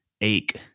ache